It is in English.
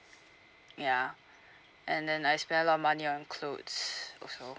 ya and then I spend a lot of money on clothes also